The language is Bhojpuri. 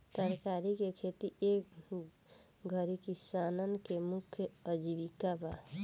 तरकारी के खेती ए घरी किसानन के मुख्य आजीविका बा